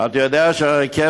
מיקי, אתה יודע שהרכבת,